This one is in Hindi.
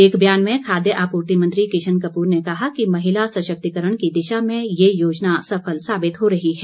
एक बयान में खाद्य आपूर्ति मंत्री किशन कपूर ने कहा कि महिला सशक्तिकरण की दिशा में ये योजना सफल साबित हो रही है